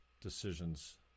decisions